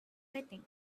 setting